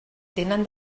tenen